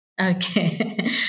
Okay